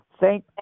Thank